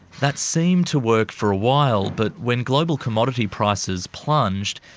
that seemed to work for a while, but when global commodity prices plunged,